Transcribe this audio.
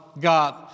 God